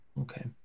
Okay